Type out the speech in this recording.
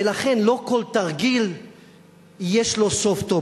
ולכן לא כל תרגיל יש לו סוף טוב.